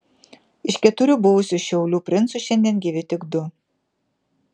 iš keturių buvusių šiaulių princų šiandien gyvi tik du